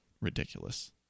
ridiculous